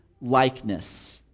likeness